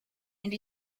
and